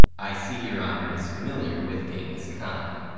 i see your honor is familiar with genghis khan,